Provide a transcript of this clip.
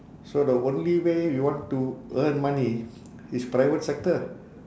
so the only way you want to earn money is private sector